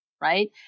right